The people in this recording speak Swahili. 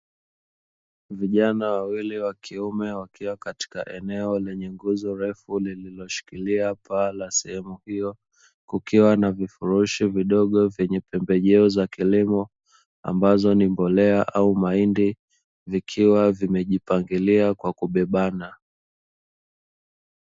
Vijana wawili wa kiume wakiwa katika eneo lenye nguzo refu lililoshikilia paa la sehemu hiyo, kukiwa na vifurushi vidogo vyenye pembejeo za kilimo, ambazo ni mbolea au mahindi, vikiwa vimejipangilia kwa kubebana.